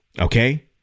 Okay